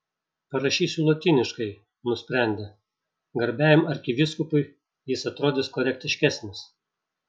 parašysiu lotyniškai nusprendė garbiajam arkivyskupui jis atrodys korektiškesnis